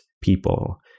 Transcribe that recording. people